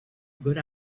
good